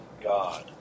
God